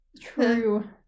True